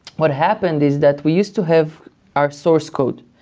what happened is that we used to have our source code,